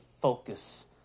focus